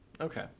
Okay